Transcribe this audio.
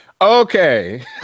Okay